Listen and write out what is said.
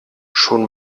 schon